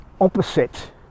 opposite